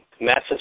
massive